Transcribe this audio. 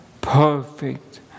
perfect